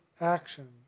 action